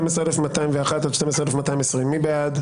12,141 עד 12,160, מי בעד?